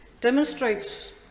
demonstrates